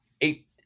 eight